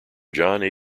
john